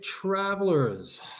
Travelers